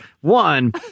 one